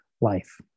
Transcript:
life